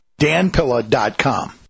danpilla.com